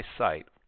site